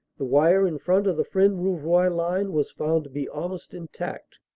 the vire in front of the fresnes-rouvroy line was found to be almost intact.